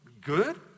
Good